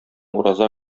ураза